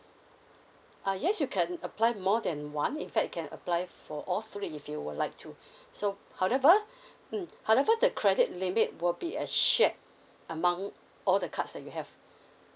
uh yes you can apply more than one in fact can apply for all three if you would like to so however mm however the credit limit will be a shared among all the cards you have